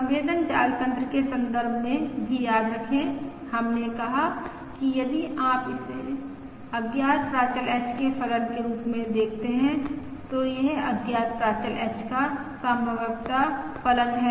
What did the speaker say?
संवेदन जाल तंत्र के संदर्भ में भी याद रखें हमने कहा कि यदि हम इसे अज्ञात प्राचल h के फलन के रूप में देखते हैं तो यह अज्ञात प्राचल h का संभाव्यता फलन है